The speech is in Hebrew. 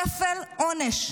כפל עונש.